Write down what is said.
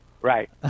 Right